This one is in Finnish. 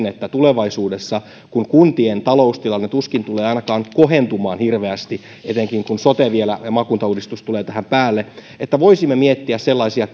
että tulevaisuudessa kun kuntien taloustilanne tuskin tulee ainakaan kohentumaan hirveästi etenkin kun sote ja maakuntauudistus vielä tulee tähän päälle voisimme miettiä sellaisia